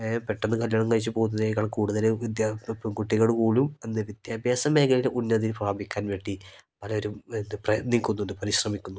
ഏ പെട്ടെന്ന് കല്യാണം കഴിച്ച് പോകുന്നതിനേക്കാൾ കൂടുതൽ പെൺകുട്ടികൾ കൂടുതലും ഇന്ന് വിദ്യാഭ്യാസം മേഖലയിൽ ഉന്നതിയിൽ പ്രാപിക്കാൻ വേണ്ടി പലരും പിന്നെ പ്രയത്നിക്കുന്നുണ്ട് പരിശ്രമിക്കുന്നുണ്ട്